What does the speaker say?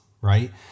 right